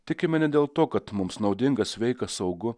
tikime ne dėl to kad mums naudinga sveika saugu